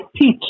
teach